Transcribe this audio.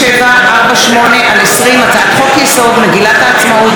שינוי הרוב הנדרש לצורך הקמת מרחבים מוגנים בבית משותף),